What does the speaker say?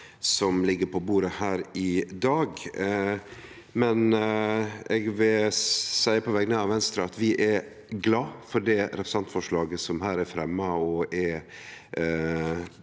som ligg på bordet her i dag, men eg vil på vegner av Venstre seie at vi er glade for det representantforslaget som er fremja og